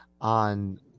on